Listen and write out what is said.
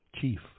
chief